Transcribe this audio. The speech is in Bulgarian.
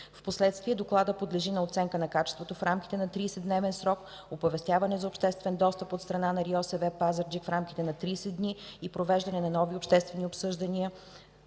В последствие Докладът подлежи на оценка на качеството в рамките на 30-дневен срок; оповестяване за обществен достъп от страна на РИОСВ – Пазарджик, в рамките на 30 дни и провеждане на нови обществени обсъждания